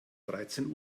dreizehn